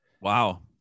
Wow